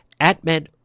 AtMed